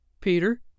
Peter